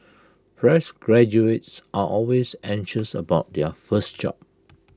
fresh graduates are always anxious about their first job